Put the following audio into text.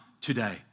today